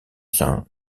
singe